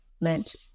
meant